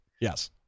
Yes